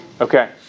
Okay